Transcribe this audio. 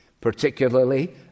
Particularly